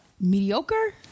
mediocre